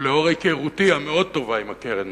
ולאור היכרותי המאוד-טובה עם הקרן